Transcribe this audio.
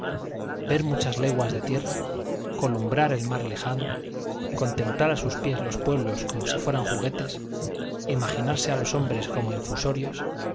ver muchas leguas de tierra columbrar el mar lejano contemplar a sus pies los pueblos como si fueran juguetes imaginarse a los hombres como infusorios